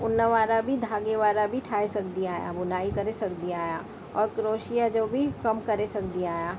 ऊन वारा बि धाॻे वारा बि ठाहे सघंदी आहियां भुनाई करे सघंदी आहियां और क्रोशिया जो बि कमु करे सघंदी आहियां